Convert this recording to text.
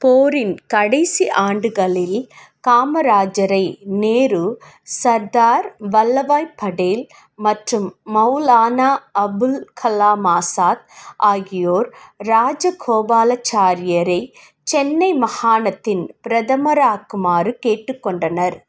போரின் கடைசி ஆண்டுகளில் காமராஜரை நேரு சர்தார் வல்லபாய் படேல் மற்றும் மௌலானா அபுல் கலாம் ஆசாத் ஆகியோர் ராஜகோபாலாச்சாரியரை சென்னை மாகாணத்தின் பிரதமராக்குமாறு கேட்டுக் கொண்டனர்